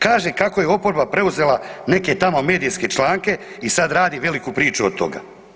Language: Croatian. Kaže kako je oporba preuzela neke tamo medijske članke i sad radi veliku priču od toga.